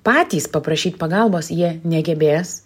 patys paprašyt pagalbos jie negebės